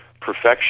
perfection